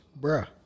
Bruh